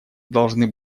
должны